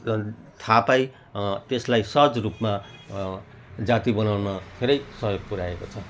judge थाहा पाई त्यसलाई सहज रूपमा जाती बनाउन धेरै सहयोग पुर्याएको छ